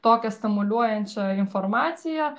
tokią stimuliuojančią informaciją